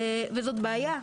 זאת בעיה.